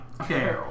Okay